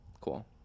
Cool